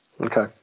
Okay